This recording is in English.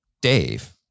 Dave